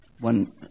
one